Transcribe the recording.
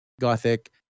gothic